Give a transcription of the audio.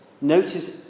Notice